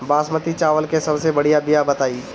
बासमती चावल के सबसे बढ़िया बिया बताई?